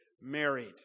married